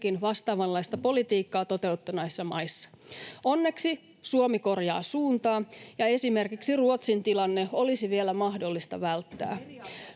vastaavanlaista politiikkaa toteuttaneissa maissa. Onneksi Suomi korjaa suuntaa, ja esimerkiksi Ruotsin tilanne olisi vielä mahdollista välttää.